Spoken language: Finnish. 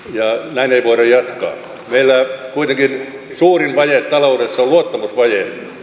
näin ei voida jatkaa meillä kuitenkin suurin vaje taloudessa on luottamusvaje